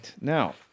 now